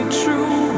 true